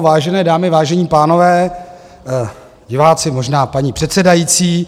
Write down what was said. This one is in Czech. Vážené dámy, vážení pánové, diváci možná, paní předsedající.